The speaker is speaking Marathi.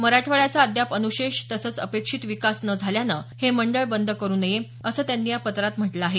मराठवाड्याचा अद्याप अनुशेष तसंच अपेक्षित विकास न झाल्यानं हे मंडळ बंद करू नये असं त्यांनी या पत्रात म्हटलं आहे